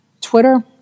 Twitter